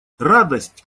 радость